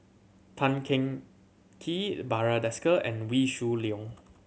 Tan Teng Kee Barry Desker and Wee Shoo Leong